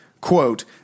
quote